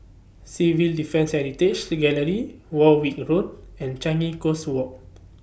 Civil Defence Heritage Gallery Warwick Road and Changi Coast Walk